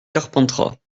carpentras